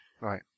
Right